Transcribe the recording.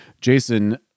Jason